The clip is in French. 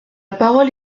parole